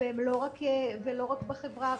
ולא רק בחברה הערבית,